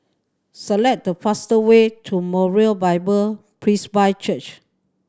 select the fastest way to Moriah Bible Presby Church